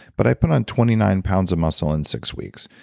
but i put on twenty nine pounds of muscle in six weeks.